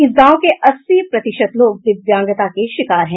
इस गांव के अस्सी प्रतिशत लोग दिव्यांगता के शिकार है